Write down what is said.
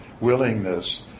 willingness